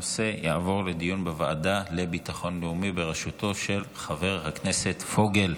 הנושא יעבור לדיון בוועדה לביטחון לאומי בראשותו של חבר הכנסת פוגל.